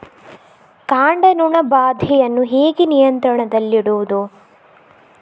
ಕಾಂಡ ನೊಣ ಬಾಧೆಯನ್ನು ಹೇಗೆ ನಿಯಂತ್ರಣದಲ್ಲಿಡುವುದು?